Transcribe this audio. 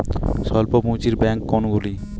স্বল্প পুজিঁর ব্যাঙ্ক কোনগুলি?